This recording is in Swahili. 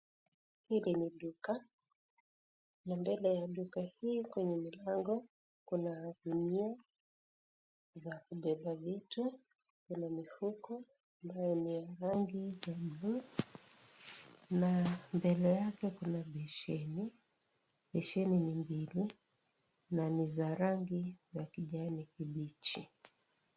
Hiki ni duka na mbele ya duka hili kuna milango kuna gunia za kubeba vitu, kuna mifuko ambayo ni rangi ya blue na mbele yake kuna besheni, besheni ni mbili na ni za rangi ya kijani kibichi.